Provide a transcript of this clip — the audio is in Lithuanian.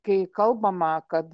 kai kalbama kad